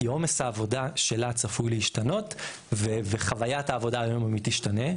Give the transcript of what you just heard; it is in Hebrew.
כי עומס העבודה שלה צפוי להשתנות וחוויית העבודה היומיומית ישתנה,